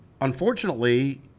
unfortunately –